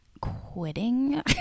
quitting